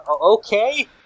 Okay